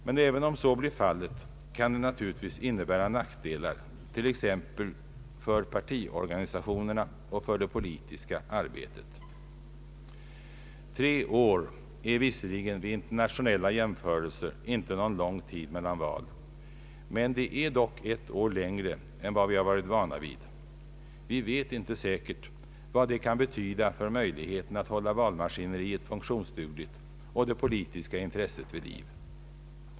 Men även om så blir fallet kan de naturligtvis innebära nackdelar, t.ex. i partiorganisationerna och för det politiska arbetet. Tre år är visserligen vid internationella jämförelser inte någon lång tid mellan val, men det är dock ett år längre än vad vi har varit vana vid. Vi vet inte säkert vad det kan betyda för möjligheten att hålla valmaskineriet funktionsdugligt och det politiska intresset vid liv.